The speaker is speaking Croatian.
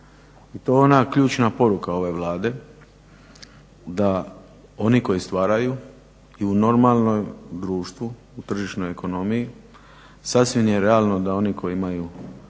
I to je ona ključna poruka ove Vlade, da oni koji stvaraju i u normalnom društvu, u tržišnoj ekonomiji sasvim je realno da oni koji imaju